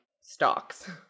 stocks